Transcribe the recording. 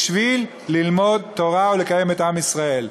בשביל ללמוד תורה ולקיים את עם ישראל.